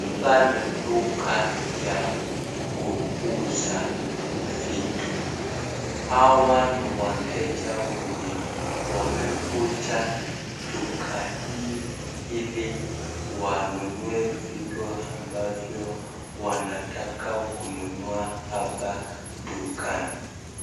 Hapa ni duka ya kuuza vitu, Hawa ni wateja wamekuja duka hii wanunue vitu ambazo wanataka dukani.